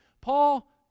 Paul